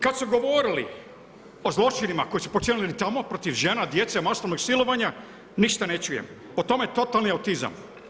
Kad su govorili o zločinima koji su počinili tamo protiv žena, djece, masovnih silovanja, ništa ne čujem, o tome totalni autizam.